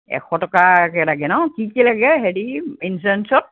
এশ টকাকৈ লাগে ন কি কি লাগে হেৰি ইঞ্চুৰেঞ্চত